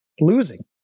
losing